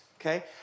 Okay